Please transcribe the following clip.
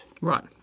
right